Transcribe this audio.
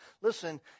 listen